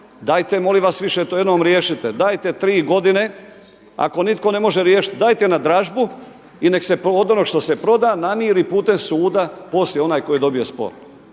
dajte molim vas više to jednom riješite. Dajte tri godine ako niko ne može riješiti, dajte na dražbu i neka se od onoga što se proda namiri putem suda poslije onaj tko je dobio spor.